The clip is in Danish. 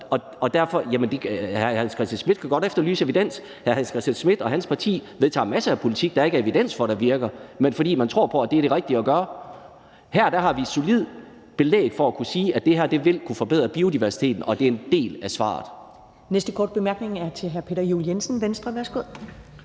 Universitet. Hr. Hans Christian Schmidt kan godt efterlyse evidens, men hr. Hans Christian Schmidt og hans parti vedtager masser af politik, som der ikke er evidens for virker, men som man tror på er det rigtige at gøre. Her har vi solidt belæg for at kunne sige, at det her vil kunne forbedre biodiversiteten, og at det er en del af svaret